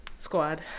Squad